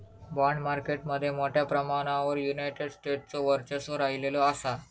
bond market मध्ये मोठ्या प्रमाणावर युनायटेड स्टेट्सचो वर्चस्व राहिलेलो असा